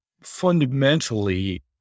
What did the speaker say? fundamentally